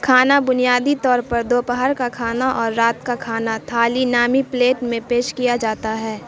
کھانا بنیادی طور پر دوپہر کا کھانا اور رات کا کھانا تھالی نامی پلیٹ میں پیش کیا جاتا ہے